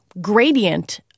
gradient